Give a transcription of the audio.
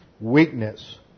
weakness